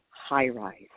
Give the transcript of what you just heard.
high-rise